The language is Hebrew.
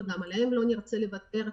וגם עליהם לא נרצה לוותר.